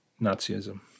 Nazism